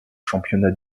championnats